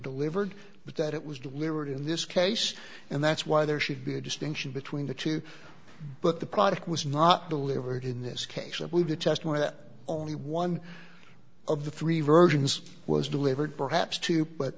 delivered but that it was delivered in this case and that's why there should be a distinction between the two but the product was not delivered in this case i believe the test more that only one of the three versions was delivered perhaps to put